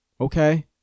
Okay